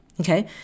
okay